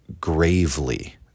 gravely